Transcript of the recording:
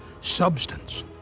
substance